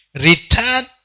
Return